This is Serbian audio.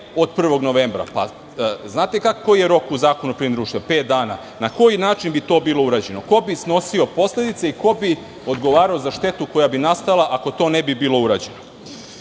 od 1. novembra. Znate li kakav je rok u Zakonu o privrednim društvima? Pet dana. Na koji način bi to bilo urađeno? Ko bi snosio posledice i ko bi odgovarao za štetu koja bi nastala ako to ne bi bilo